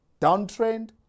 Downtrend